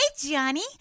Johnny